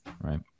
right